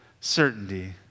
certainty